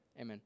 Amen